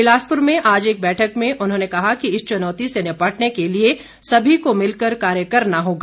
बिलासपुर में आज एक बैठक में उन्होंने कहा कि इस चुनौती से निपटने के लिए सभी को मिलकर कार्य करना होगा